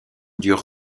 durent